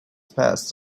passed